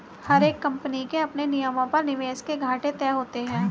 हर एक कम्पनी के अपने नियमों पर निवेश के घाटे तय होते हैं